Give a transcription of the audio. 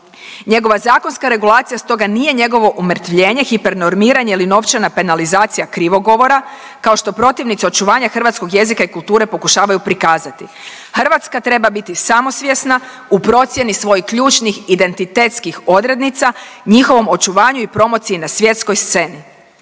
Njegova zakonska regulacija stoga nije njegovo umrtvljenje, hipernormiranje ili novčana penalizacija krivog govora kao što protivnici očuvanja hrvatskog jezika i kulture pokušavaju prikazati. Hrvatska treba biti samosvjesna u procjeni svojih ključnih identitetskih odrednica, njihovom očuvanju i promociji na svjetskoj sceni.